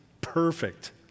perfect